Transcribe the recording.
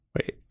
Wait